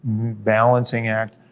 balancing act,